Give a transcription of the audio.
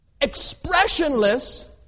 expressionless